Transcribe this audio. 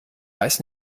weiß